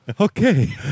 okay